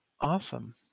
awesome